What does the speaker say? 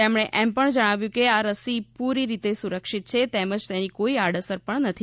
તેમણે એમ પણ જણાવ્યું કે આ રસી પૂરી રીતે સુરક્ષિત છે તેમજ તેની કોઇ આડઅસર પણ નથી